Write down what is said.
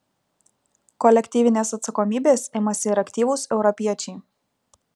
kolektyvinės atsakomybės imasi ir aktyvūs europiečiai